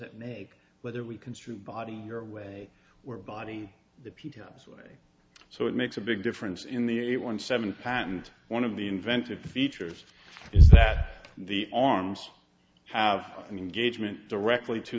it make whether we construe body your way wear body the p t way so it makes a big difference in the eight one seven patent one of the inventive features is that the arms have an engagement directly to